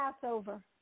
Passover